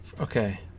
Okay